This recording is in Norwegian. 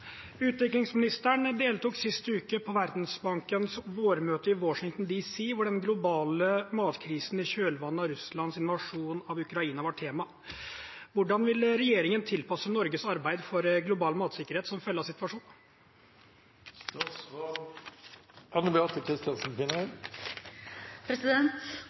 deltok sist uke på Verdensbankens vårmøte i Washington D.C., hvor den globale matkrisen i kjølvannet av Russlands invasjon av Ukraina var tema. Hvordan vil regjeringen tilpasse Norges arbeid for global matsikkerhet som